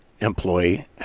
employee